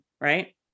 right